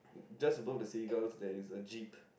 just above the seagull there is a jeep